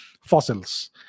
fossils